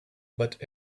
but